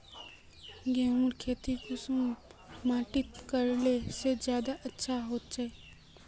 गेहूँर खेती कुंसम माटित करले से ज्यादा अच्छा हाचे?